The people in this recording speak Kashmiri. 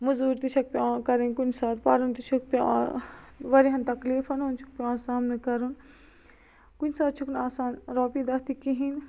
موٚزوٗر تہِ چھَکھ پیٚوان کَرٕنۍ کُنہِ ساتہٕ پَرُن تہِ چھُکھ پیٚوان وارِیاہن تکلیٖفن ہُنٛد چھُکھ پیٚوان سامنہٕ کَرُن کُنہِ ساتہٕ چھُکھ نہٕ آسان رۄپیہِ دَہ تہِ کِہیٖنۍ